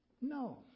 No